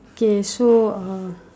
okay so uh